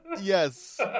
yes